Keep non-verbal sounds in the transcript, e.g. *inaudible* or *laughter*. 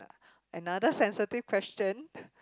another sensitive question *laughs*